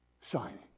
shining